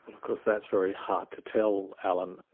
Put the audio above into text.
of course that's very hard to tell alan.